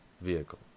vehicle